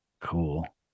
cool